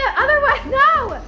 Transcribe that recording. ah other way. no,